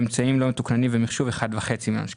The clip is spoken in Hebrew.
אמצעים לא מתוקננים ומחשוב ב-1.5 מיליון שקלים.